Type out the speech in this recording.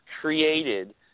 created